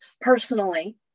personally